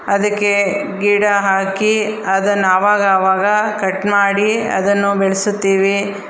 ಅದಕ್ಕೆ ಗಿಡ ಹಾಕಿ ಅದನ್ನು ಆವಾಗಾವಾಗ ಕಟ್ ಮಾಡಿ ಅದನ್ನು ಬೆಳೆಸುತ್ತೀವಿ